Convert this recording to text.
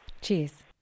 Cheers